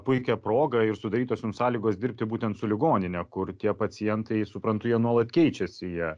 puikią progą ir sudarytos sąlygos dirbti būtent su ligonine kur tie pacientai suprantu jie nuolat keičiasi jie